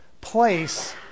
place